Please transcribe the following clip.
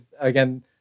again